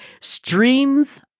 Streams